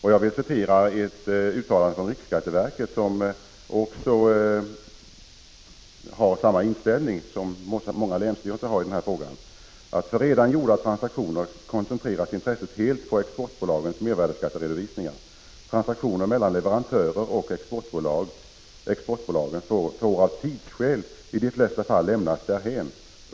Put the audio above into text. Jag vill citera ett uttalande från riksskatteverket, som har samma inställning som många länsstyrelser i den här frågan: ”För redan gjorda transaktioner koncentreras intresset helt på exportbolagens mervärdeskatteredovisningar. Transaktioner mellan leverantörer och exportbolagen får av tidsskäl i de flesta fall lämnas därhän.